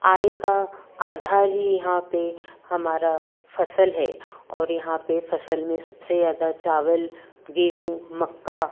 आय का आधार ही यहाँ पे हमारा फ़सल है और यहाँ पे फ़सल में सबसे ज़्यादा चावल गेहूँ मक्का